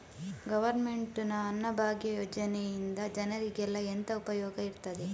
Government ನ ಅನ್ನಭಾಗ್ಯ ಯೋಜನೆಯಿಂದ ಜನರಿಗೆಲ್ಲ ಎಂತ ಉಪಯೋಗ ಇರ್ತದೆ?